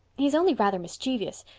he is only rather mischievous,